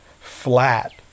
flat